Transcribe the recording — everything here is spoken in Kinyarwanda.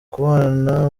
kubana